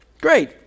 Great